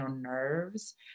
nerves